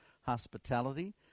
hospitality